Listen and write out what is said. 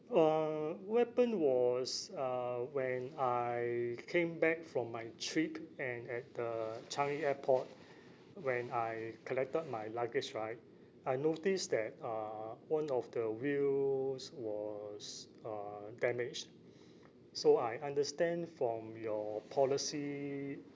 uh what happened was uh when I came back from my trip and at the changi airport when I collected my luggage right I noticed that uh one of the wheels was uh damaged so I understand from your policy